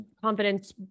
confidence